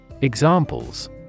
Examples